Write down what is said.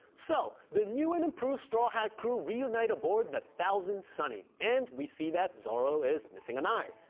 so the new and improved straw hat crew reunited aboard the thousand sunny, and we see that zoro is missin an eye,